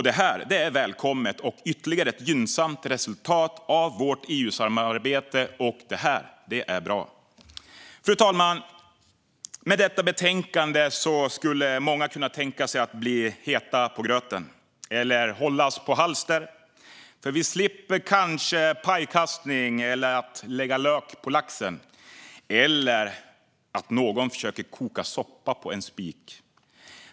Detta är välkommet och ytterligare ett gynnsamt resultat av vårt EU-samarbete. Det är bra! Fru talman! Med detta betänkande skulle många kunna tänkas bli heta på gröten eller hållas på halster. Vi slipper kanske pajkastning eller att lägga lök på laxen, eller att någon försöker koka soppa på en spik.